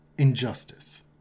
Injustice